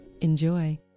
Enjoy